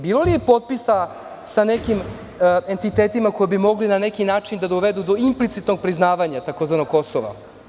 Bilo li je potpisa sa nekim entitetima koji bi mogli na neki način da dovedu do implicitnog priznavanja tzv. Kosova?